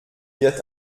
wird